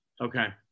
Okay